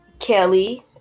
Kelly